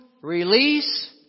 release